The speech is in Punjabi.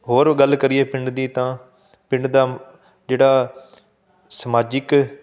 ਹੋਰ ਗੱਲ ਕਰੀਏ ਪਿੰਡ ਦੀ ਤਾਂ ਪਿੰਡ ਦਾ ਜਿਹੜਾ ਸਮਾਜਿਕ